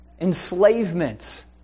enslavement